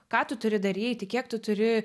ką tu turi daryti kiek tu turi